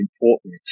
important